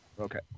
Okay